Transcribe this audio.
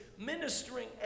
ministering